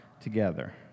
together